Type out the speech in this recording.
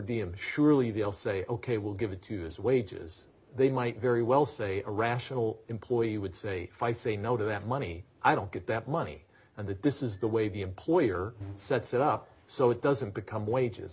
i'm surely they'll say ok we'll give it to his wages they might very well say irrational employee would say if i say no to that money i don't get that money and that this is the way the employer sets it up so it doesn't become wages